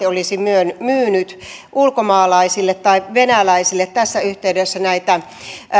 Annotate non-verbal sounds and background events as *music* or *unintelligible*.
*unintelligible* olisi myynyt ulkomaalaisille tai venäläisille tässä yhteydessä näitä